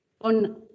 on